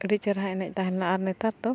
ᱟᱹᱰᱤ ᱪᱮᱨᱦᱟ ᱮᱱᱮᱡ ᱛᱟᱦᱮᱱᱟ ᱟᱨ ᱱᱮᱛᱟᱨ ᱫᱚ